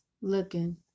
looking